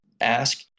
ask